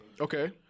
Okay